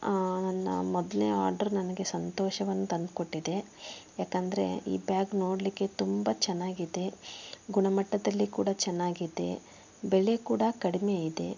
ನನ್ನ ಮೊದಲ್ನೇ ಆರ್ಡರ್ ನನಗೆ ಸಂತೋಷವನ್ನು ತಂದ್ಕೊಟ್ಟಿದೆ ಯಾಕೆಂದರೆ ಈ ಬ್ಯಾಗ್ ನೋಡ್ಲಿಕ್ಕೆ ತುಂಬ ಚೆನ್ನಾಗಿದೆ ಗುಣಮಟ್ಟದಲ್ಲಿ ಕೂಡ ಚೆನ್ನಾಗಿದೆ ಬೆಲೆ ಕೂಡ ಕಡಿಮೆ ಇದೆ